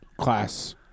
class